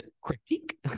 Critique